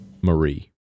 Marie